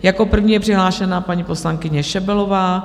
Jako první je přihlášena paní poslankyně Šebelová.